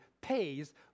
pays